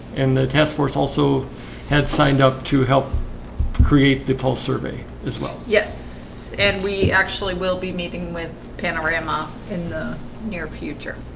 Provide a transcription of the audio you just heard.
and the task force also had signed up to help create the pulse survey as well. yes, and we actually will be meeting with panorama in the near future